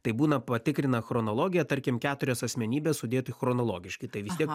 tai būna patikrina chronologiją tarkim keturias asmenybes sudėti chronologiškai tai vis tiek